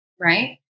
right